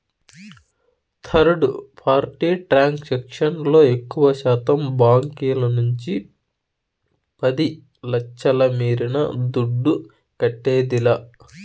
third party transaction లో ఎక్కువశాతం బాంకీల నుంచి పది లచ్ఛల మీరిన దుడ్డు కట్టేదిలా